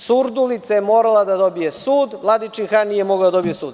Surdulica je morala da dobije sud, a Vladičin Han nije mogao da dobije sud.